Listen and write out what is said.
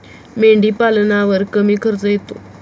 मेंढीपालनावर कमी खर्च येतो